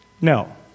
No